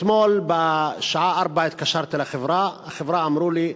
ואתמול בשעה 16:00 התקשרתי לחברה, ובחברה אמרו לי,